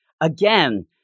again